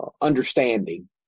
understanding